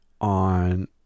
on